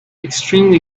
extremely